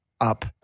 up